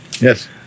Yes